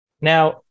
Now